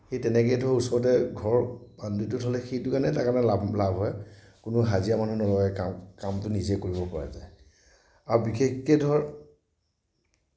সেই তেনেকৈতো ওচৰতে ঘৰত পানীটোতো চলে সেইটো কাৰণে তাৰ কাৰণে লা লাভ হয় কোনো হাজিৰা মানুহ নলগাকে কাম কামটো নিজে কৰিব পৰা যায় আৰু বিশেষকৈ ধৰক